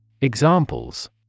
Examples